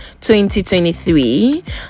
2023